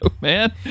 man